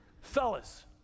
Fellas